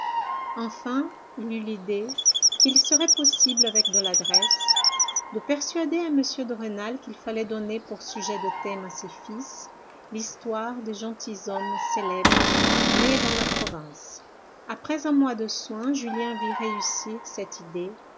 enfin il eut l'idée qu'il serait possible avec de l'adresse de persuader à m de rênal qu'il fallait donner pour sujet de thème à ses fils l'histoire des gentilshommes célèbres nés dans la province après un mois de soins julien vit réussir cette idée